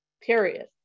period